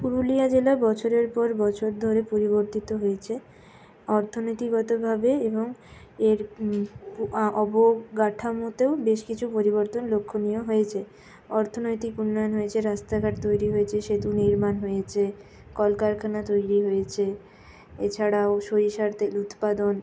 পুরুলিয়া জেলা বছরের পর বছর ধরে পরিবর্তিত হয়েছে অর্থনীতিগতভাবে এবং এর অবকাঠামোতেও বেশ কিছু পরিবর্তন লক্ষণীয় হয়েছে অর্থনৈতিক উন্নয়ন হয়েছে রাস্তা ঘাট তৈরি হয়েছে সেতু নির্মাণ হয়েছে কলকারখানা তৈরি হয়েছে এছাড়াও সরিষার তেল উৎপাদন